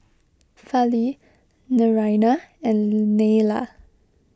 Fali Naraina and Neila